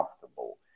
comfortable